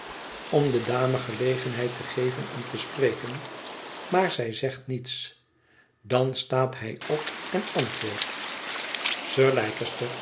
om de dame gelegenheid te geven om te spreken maar zij zegt niets dan staat hij op en antwoordt sir